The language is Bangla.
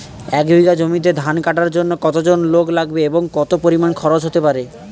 এক বিঘা জমিতে ধান কাটার জন্য কতজন লোক লাগবে এবং কত পরিমান খরচ হতে পারে?